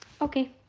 Okay